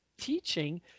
teaching